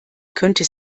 könnte